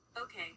Okay